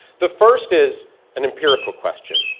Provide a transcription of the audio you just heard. the first is an empirical question.